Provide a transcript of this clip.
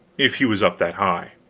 if he was up that high.